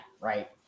right